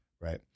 Right